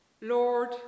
lord